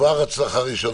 כבר הצלחה ראשונה.